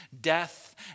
death